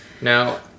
Now